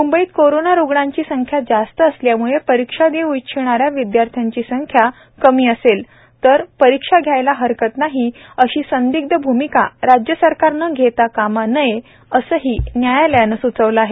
म्ंबईत कोरोना रुग्णांची संख्या जास्त असल्याम्ळे परीक्षा देऊ इच्छिणाऱ्या विद्यार्थ्यांची संख्या कमी असेल तर परीक्षा घ्यायला हरकत नाही अशी संदिग्ध भूमिका राज्य सरकारनं घेता कामा नये असही न्यायालयानं स्नावलं आहे